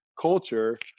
culture